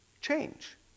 change